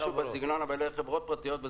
משהו בסגנון אבל אלה חברות פרטיות.